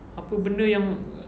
apa benda yang